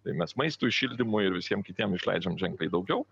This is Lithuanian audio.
tai mes maistui šildymui ir visiem kitiem išleidžia ženkliai daugiau